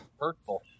Hurtful